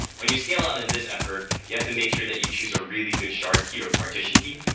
when you scale on in this effort you have to make sure that you choose a really good shard key or partition key.